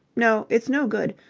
no, it's no good.